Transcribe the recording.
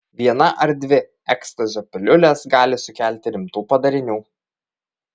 viena ar dvi ekstazio piliulės gali sukelti rimtų padarinių